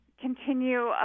continue